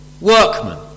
workmen